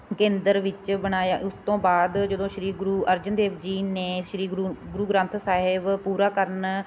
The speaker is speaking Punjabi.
ਕੇਂਦਰ ਵਿੱਚ ਬਣਾਇਆ ਉਸ ਤੋਂ ਬਾਅਦ ਜਦੋਂ ਸ਼੍ਰੀ ਗੁਰੂ ਅਰਜਨ ਦੇਵ ਜੀ ਨੇ ਸ਼੍ਰੀ ਗੁਰੂ ਗੁਰੂ ਗ੍ਰੰਥ ਸਾਹਿਬ ਪੂਰਾ ਕਰਨ